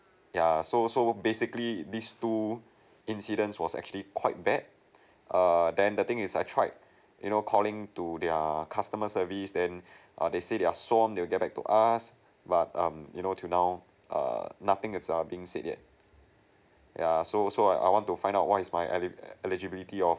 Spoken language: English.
yeah so so basically these two incidents was actually quite bad err then the thing is I tried you know calling to their customer service then err they say they are so on they'll get back to us but um you know till now err nothing is err being said yet yeah so so I want to find out what is my eli~ eligibility of